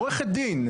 עורכת דין,